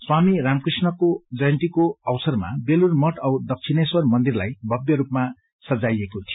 स्वामी रामकृष्णको जयन्तीको अवसरमा वेलूर मठ औ दक्षिणेश्वर मन्दिरलाई भवय रूपमा सजाईएको थियो